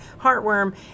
heartworm